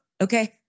okay